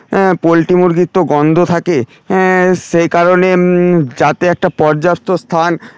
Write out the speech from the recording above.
poultry মুরগির তো গন্ধ থাকে সেই কারণে যাতে একটা পর্যাপ্ত স্থান